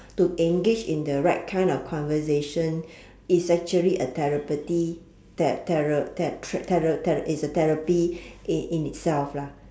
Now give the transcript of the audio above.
to engage in the right kind of conversation is actually a therapeutic ther~ thera~ ther~ thera~ is a therapy in in itself lah